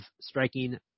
striking